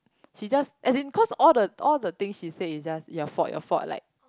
she just as in cause all the all the thing she said is just your fault your fault like